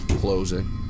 closing